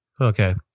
Okay